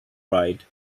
right